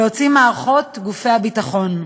להוציא מערכות גופי הביטחון,